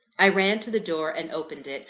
i ran to the door, and opened it.